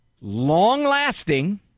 long-lasting